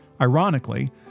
Ironically